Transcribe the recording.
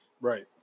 right